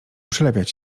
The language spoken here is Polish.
przylepiać